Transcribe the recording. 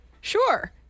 Sure